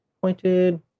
Pointed